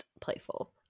playful